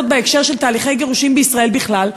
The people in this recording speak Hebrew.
בהקשר של תהליכי גירושין בישראל בכלל,